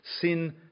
Sin